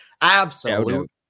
Absolute